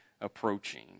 approaching